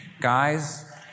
Guys